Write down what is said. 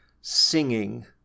singing